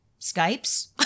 Skypes